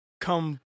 come